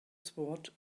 sword